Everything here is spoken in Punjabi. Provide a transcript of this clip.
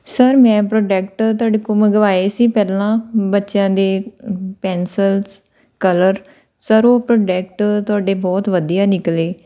ਸਰ ਮੈਂ ਪ੍ਰਡੈਕਟ ਤੁਹਾਡੇ ਕੋਲ ਮੰਗਵਾਏ ਸੀ ਪਹਿਲਾਂ ਬੱਚਿਆਂ ਦੇ ਪੈਨਸਲਸ ਕਲਰ ਸਰ ਉਹ ਪ੍ਰਡੈਕਟ ਤੁਹਾਡੇ ਬਹੁਤ ਵਧੀਆ ਨਿਕਲੇ